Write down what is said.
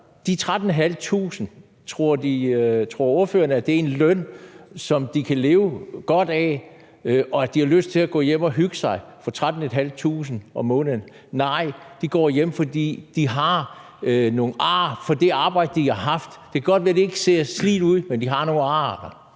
de andre: Tror ordføreren, at de 13.500 kr. er en løn, som de kan leve godt af, og at de har lyst til at gå hjem og hygge sig for 13.500 kr. om måneden? Nej, de går hjem, fordi de har nogle ar fra det arbejde, de har haft. Det kan godt være, de ikke ser slidte ud, men de har nogle ar.